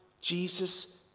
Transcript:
Jesus